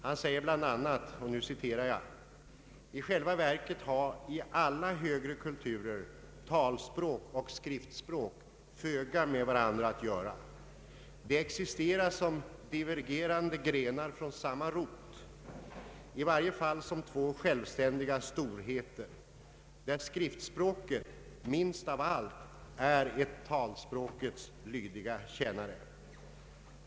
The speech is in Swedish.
Han säger bl.a.: ”I själva verket ha i alla högre kulturer talspråk och skriftspråk föga med varandra att göra; de existera som divergerande grenar från samma rot; i varje fall som två självständiga storheter, där skriftspråket minst av allt är ett talspråkets lydiga epifenomen.